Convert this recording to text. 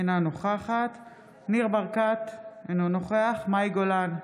אינה נוכחת ניר ברקת, אינו נוכח מאי גולן,